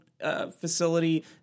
facility